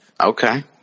Okay